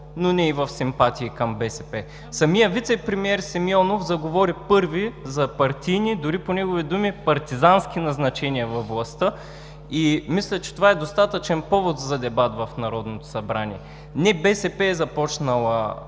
но не и в симпатии към БСП. Самият вицепремиер Симеонов заговори първи за партийни, дори по негови думи „партизански“ назначения във властта и мисля, че това е достатъчен повод за дебат в Народното събрание. Не БСП е започнала